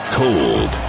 cold